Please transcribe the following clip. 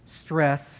stress